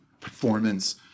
performance